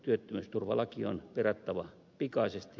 työttömyysturvalaki on perattava pikaisesti